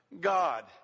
god